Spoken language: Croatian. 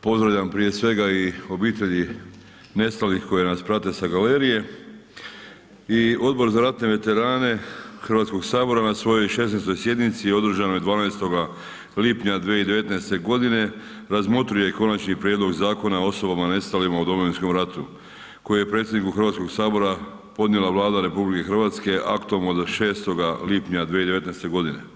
Pozdravljam prije svega i obitelji nestalih koje nas prate sa galerije i Odbor za ratne veterane Hrvatskog sabora na svojoj 16. sjednici održanoj 12. lipnja 2019. g. razmotrio je Konačni prijedlog Zakona o osobama nestalima u Domovinskom ratu koje je predsjedniku Hrvatskog sabora podnijela Vlada RH aktom od 6. lipnja 2019. godine.